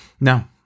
No